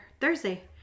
Thursday